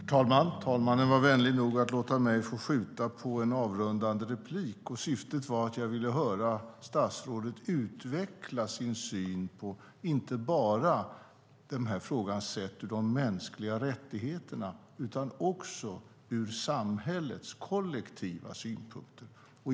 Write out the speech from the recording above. Herr talman! Talmannen var vänlig nog att låta mig få skjuta på ett avrundande inlägg. Syftet var att jag ville höra statsrådet utveckla sin syn på den här frågan inte bara ur perspektivet mänskliga rättigheter utan också utifrån samhällets kollektiva synvinkel.